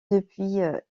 depuis